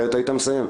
אחרת היית מסיים.